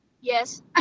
Yes